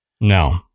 No